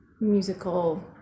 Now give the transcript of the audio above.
musical